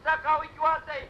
sakau juozai